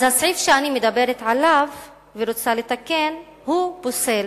הסעיף שאני מדברת עליו ורוצה לתקן פוסל